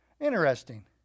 Interesting